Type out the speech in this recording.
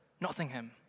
Nottingham